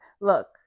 look